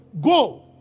Go